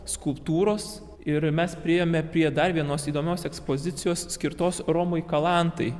skulptūros ir mes priėjome prie dar vienos įdomios ekspozicijos skirtos romui kalantai